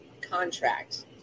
contract